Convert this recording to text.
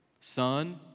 Son